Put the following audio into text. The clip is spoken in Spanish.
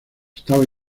estaba